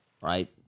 right